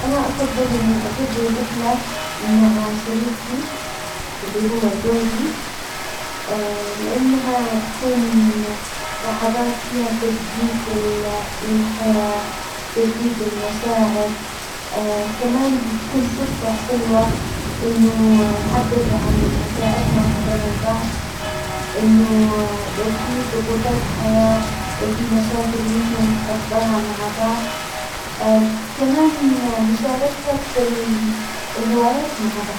أنا أفظل إني أجظي الرحلة مع شريكي اللي هو زوجي لإنها تكون لحظات فيها تجديد لل- للحياة، تجديد للمشاعر كمان بتكون فرصة حلوة إنه نعبر عن مشاعرنا وحبنا لبعظ، إنه لو في ضغوطات حياة، لو في مشاكل إن إحنا نتخطاها مع بعظ كمان مشاركة ال- الهوايات مع بعظ.